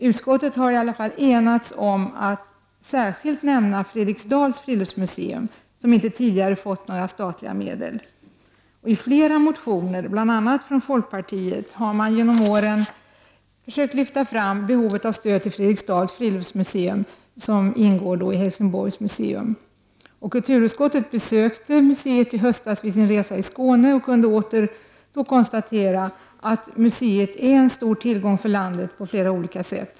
Utskottet har i alla fall enats om att särskilt nämna Fredriksdals friluftsmuseum, som inte tidigare fått några statliga medel. I flera motioner, bl.a. från folkpartiet, har man genom åren försökt framhålla behovet av stöd till Fredriksdals friluftsmuseum, som ingår i Helsingborgs museum. Kulturutskottet besökte museet i höstas vid sin resa i Skåne och kunde åter konstatera att museet är en stor tillgång för landet på flera olika sätt.